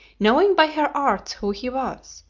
knowing by her arts who he was,